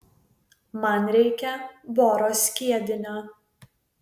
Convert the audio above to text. man reikia boro skiedinio